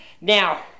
Now